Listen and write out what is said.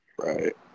Right